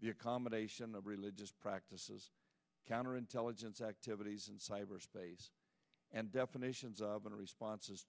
the accommodation of religious practices counterintelligence activities in cyberspace and definitions of a responses